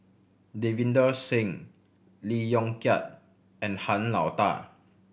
Davinder Singh Lee Yong Kiat and Han Lao Da